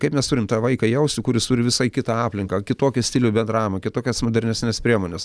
kaip mes turim tą vaiką jausti kuris turi visai kitą aplinką kitokį stilių bendravimo kitokias modernesnes priemones